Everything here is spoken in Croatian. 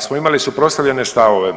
smo imali suprotstavljene stavove.